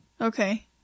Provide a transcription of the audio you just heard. Okay